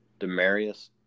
Demarius